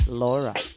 laura